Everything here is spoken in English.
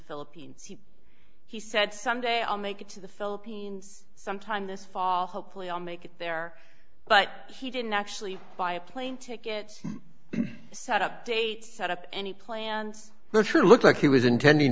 philippines he said someday i'll make it to the philippines sometime this fall hopefully i'll make it there but he didn't actually buy a plane ticket set up date set up any plans for true looked like he was intending